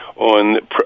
On